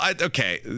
okay